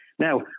Now